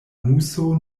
muso